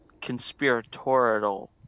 conspiratorial